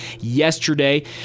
yesterday